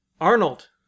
Arnold